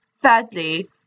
thirdly